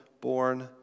born